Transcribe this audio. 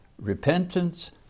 repentance